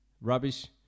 rubbish